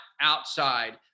outside